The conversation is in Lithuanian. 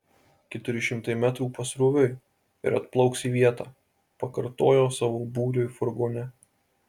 keturi šimtai metrų pasroviui ir atplauks į vietą pakartojo savo būriui furgone